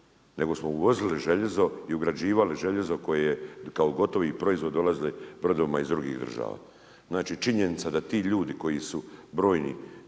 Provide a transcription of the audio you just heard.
nego smo uvozili željezno i ugrađivalo željezno joj je kao gotovi proizvod dolazili brodovima iz drugih država. Znači, činjenica je da ti ljudi koji su brojni,